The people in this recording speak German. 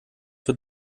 wird